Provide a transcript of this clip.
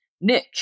Nick